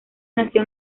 nació